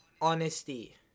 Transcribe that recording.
Honesty